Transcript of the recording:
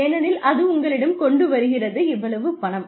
ஏனெனில் அது உங்களிடம் கொண்டு வருகிறது இவ்வளவு பணம்